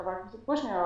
חבר הכנסת קושניר,